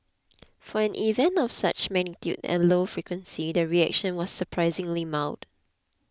for an event of such magnitude and low frequency the reaction was surprisingly mild